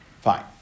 Fine